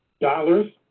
dollars